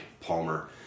Palmer